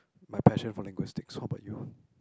my passion for linguistic how about you